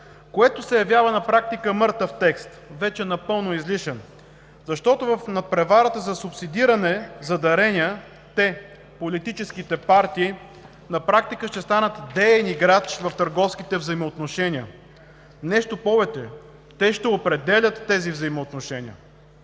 което на практика се явява мъртъв текст, вече напълно излишен. Защото в надпреварата за субсидиране за дарения политическите партии на практика ще станат деен играч в търговските взаимоотношения – нещо повече, ще определят тези взаимоотношения.